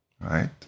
right